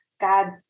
god